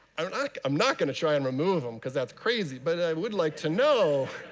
i mean like i'm not going to try and remove them, because that's crazy, but i would like to know.